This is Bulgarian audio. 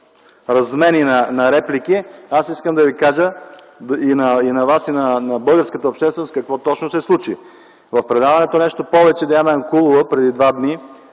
размени на реплики. Аз искам да кажа и на Вас, и на българската общественост какво точно се случи. В предаването Диана Янкулова преди два дни